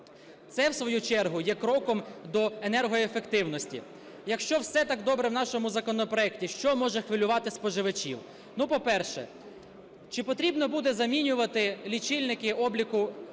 Це, в свою чергу, є кроком до енергоефективності. Якщо все так добре в нашому законопроекті, що може хвилювати споживачів? Ну, по-перше, чи потрібно буде замінювати лічильники обліку